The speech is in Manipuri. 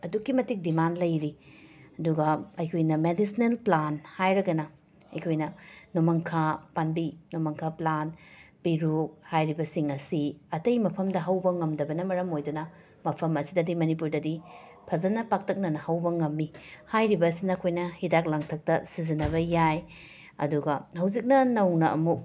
ꯑꯗꯨꯛꯀꯤ ꯃꯇꯤꯛ ꯗꯤꯃꯥꯟ ꯂꯩꯔꯤ ꯑꯗꯨꯒ ꯑꯩꯈꯣꯏꯅ ꯃꯦꯗꯤꯁꯅꯦꯜ ꯄ꯭ꯂꯥꯟ ꯍꯥꯏꯔꯒꯅ ꯑꯩꯈꯣꯏꯅ ꯅꯣꯡꯃꯪꯈꯥ ꯄꯥꯝꯕꯤ ꯅꯣꯡꯃꯪꯈꯥ ꯄ꯭ꯂꯥꯟ ꯄꯤꯔꯨꯛ ꯍꯥꯏꯔꯤꯕꯁꯤꯡ ꯑꯁꯤ ꯑꯇꯩ ꯃꯐꯝꯗ ꯍꯧꯕ ꯉꯝꯗꯕꯅ ꯃꯔꯝ ꯑꯣꯏꯗꯨꯅ ꯃꯐꯝ ꯑꯁꯤꯗꯗꯤ ꯃꯅꯤꯄꯨꯔꯗꯗꯤ ꯐꯖꯅ ꯄꯥꯛꯇꯛꯅꯅ ꯍꯧꯕ ꯉꯝꯃꯤ ꯍꯥꯏꯔꯤꯕꯁꯤꯅ ꯑꯩꯈꯣꯏꯅ ꯍꯤꯗꯥꯛ ꯂꯥꯡꯊꯛꯇ ꯁꯤꯖꯤꯟꯅꯕ ꯌꯥꯏ ꯑꯗꯨꯒ ꯍꯧꯖꯤꯛꯅ ꯅꯧꯅ ꯑꯃꯨꯛ